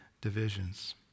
divisions